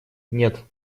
нет